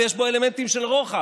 ויש בו אלמנטים של רוחב.